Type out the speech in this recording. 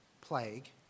plague